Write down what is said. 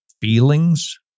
feelings